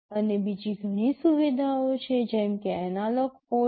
અને બીજી ઘણી સુવિધાઓ છે જેમ કે એનાલોગ પોર્ટ્સ